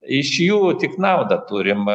iš jų tik naudą turim